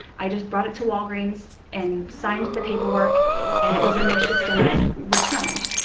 i just brought it to walgreens and signed the paperwork and it was in their system as returned,